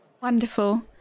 wonderful